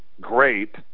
great